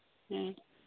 ᱦᱩᱸ